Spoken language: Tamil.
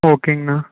ஓகேங்கண்ணா